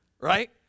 right